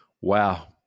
Wow